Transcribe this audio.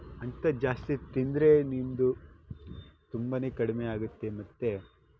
ಅಂಥದ್ದು ಜಾಸ್ತಿ ತಿಂದರೆ ನಿಮ್ಮದು ತುಂಬಾ ಕಡಿಮೆ ಆಗುತ್ತೆ ಮತ್ತು